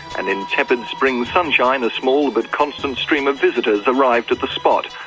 and in tepid spring sunshine a small but constant stream of visitors arrived at the spot,